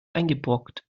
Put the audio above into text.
eingebrockt